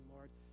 Lord